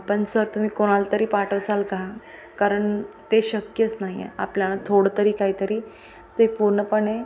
पण सर तुम्ही कोणाला तरी पाठवाल का कारण ते शक्यच नाही आहे आपल्याला थोडं तरी काहीतरी ते पूर्णपणे